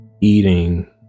eating